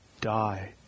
die